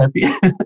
happy